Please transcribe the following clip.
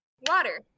Water